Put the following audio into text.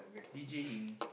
D_J-ing